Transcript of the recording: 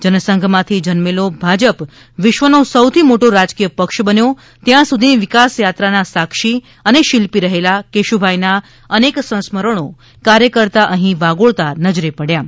જનસંઘ માથી જન્મેલો ભાજપ વિશ્વનો સૌથી મોટો રાજકીય પક્ષ બન્યો ત્યાં સુધીની વિકાસ યાત્રાના સાક્ષી અને શિલ્પી રહેલા કેશુભાઈના અનેક સંસ્મરણો કાર્યકર્તા અહી વાગોળતાં નજરે પડ્યા હતા